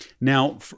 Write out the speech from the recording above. now